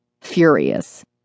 furious